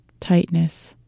tightness